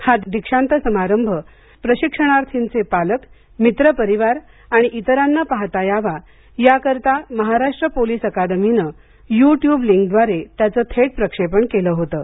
हा दीक्षांत समारंभ प्रशिक्षणार्थ्यांचे पालक मित्रपरिवार आणि इतरांना पाहता यावा याकरता महाराष्ट्र पोलीस अकादमीनं युट्यूब लिंकव्दारे त्याचं थेट प्रक्षेपण केलं होतं